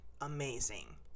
amazing